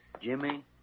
Jimmy